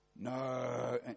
No